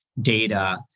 data